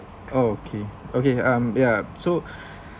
okay okay um ya so